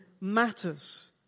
matters